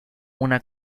una